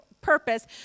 purpose